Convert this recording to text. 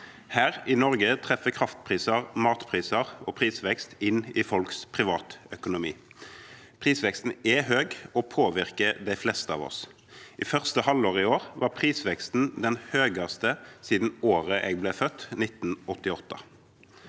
Her i Norge treffer kraftpriser, matpriser og prisvekst inn i folks privatøkonomi. Prisveksten er høy og påvirker de fleste av oss. I første halvår i år var prisveksten den høyeste siden året jeg ble født, 1988.